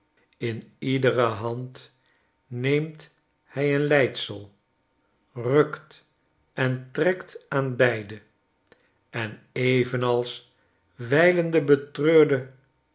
in iedere hand neemt hij een leisel rukt en trekt aan beide en evenals